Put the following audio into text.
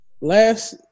last